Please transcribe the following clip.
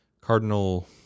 Cardinal